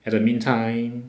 at the meantime